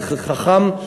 זה חכם.